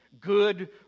Good